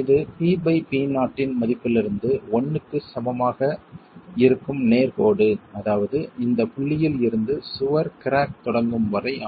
இது PP0 இன் மதிப்பிலிருந்து 1 க்கு சமமாக இருக்கும் நேர் கோடு அதாவது இந்த புள்ளியில் இருந்து சுவர் கிராக் தொடங்கும் வரை ஆகும்